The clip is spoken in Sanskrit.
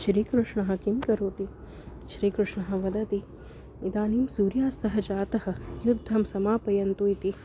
श्रीकृष्णः किं करोति श्रीकृष्णः वदति इदानीं सूर्यास्तः जातः युद्धं समापयन्तु इति